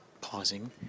pausing